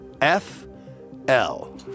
F-L